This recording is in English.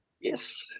Yes